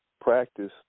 practice